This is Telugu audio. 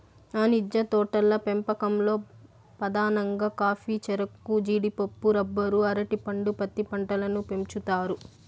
వాణిజ్య తోటల పెంపకంలో పధానంగా కాఫీ, చెరకు, జీడిపప్పు, రబ్బరు, అరటి పండు, పత్తి పంటలను పెంచుతారు